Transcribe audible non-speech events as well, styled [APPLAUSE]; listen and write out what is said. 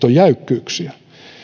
[UNINTELLIGIBLE] on jäykkyyksiä